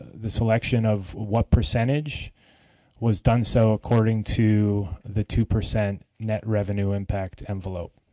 the selection of what percentage was done so according to the two percent net revenue impact envelope.